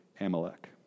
Amalek